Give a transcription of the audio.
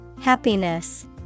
Happiness